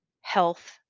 health